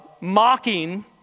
mocking